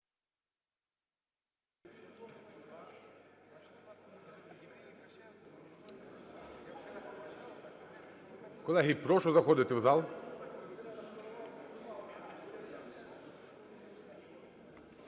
Колеги, прошу заходити в зал.